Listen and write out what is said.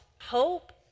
hope